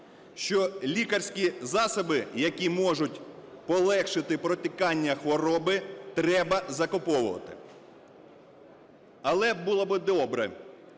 що лікарські засоби, які можуть полегшити протікання хвороби, треба закуповувати. Але було б добре,